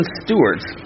stewards